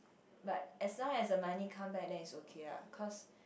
but as long as the money come back then its okay lah cause